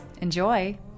Enjoy